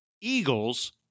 Eagles